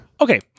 Okay